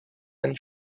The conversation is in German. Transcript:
ein